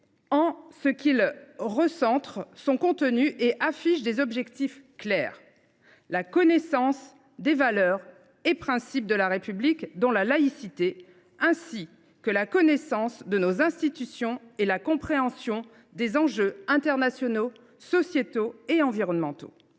: elle en recentre le contenu et affiche des objectifs clairs, à savoir la connaissance des valeurs et principes de la République, dont la laïcité, ainsi que la connaissance du fonctionnement de nos institutions et la compréhension des enjeux internationaux, sociétaux et environnementaux